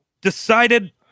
decided